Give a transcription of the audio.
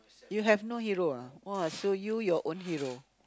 you have no hero ah !wah! so you your own hero